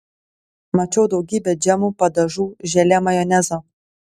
mačiau daugybę džemų padažų želė majonezo